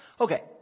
Okay